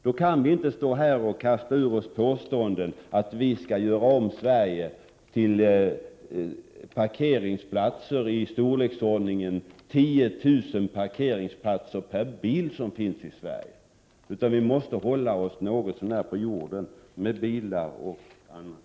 Därför kan vi inte stå här och häva ur oss påståenden om att vi skall göra om Sverige till parkeringsplatser — i storleksordningen 10 000 parkeringsplatser för varje svensk bil. Vi måste alltså något så när stå med båda fötterna på jorden när det gäller bilar och annat.